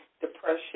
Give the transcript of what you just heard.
depression